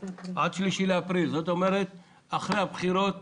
התקנות בתוקף עד 3 באפריל, כלומר אחרי הבחירות